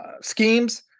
schemes